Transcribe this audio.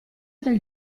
del